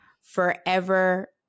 forever